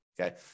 Okay